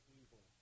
evil